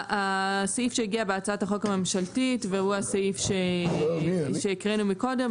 הסעיף שהגיע בהצעת החוק הממשלתית והוא הסעיף שהקראנו מקודם,